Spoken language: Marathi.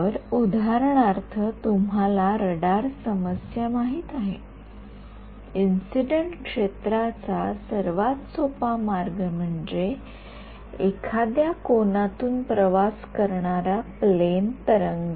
तर उदाहरणार्थ तुम्हाला रडार समस्या माहित आहे इंसिडेन्ट क्षेत्राचा सर्वात सोपा मार्ग म्हणजे एखाद्या कोनातून प्रवास करणारा प्लेन तरंग